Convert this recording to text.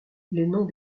noms